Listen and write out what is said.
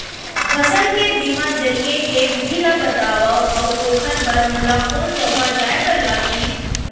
फसल के बीमा जरिए के विधि ला बतावव अऊ ओखर बर मोला कोन जगह जाए बर लागही?